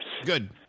Good